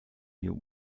mir